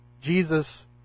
Jesus